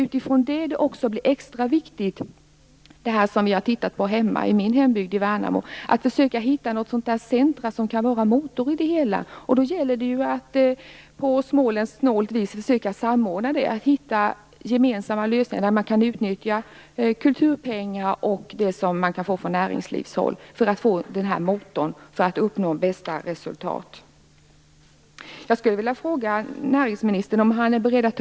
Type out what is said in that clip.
Utifrån detta blir det extra viktigt att - som i min hembygd Värnamo - försöka hitta ett centrum som kan vara motorn för det hela. Då gäller det att på småländskt snålt vis försöka samordna och hitta gemensamma lösningar där man kan utnyttja kulturpengar och de pengar som man kan få från näringslivshåll för att få en motor och uppnå bästa resultat.